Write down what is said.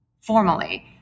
formally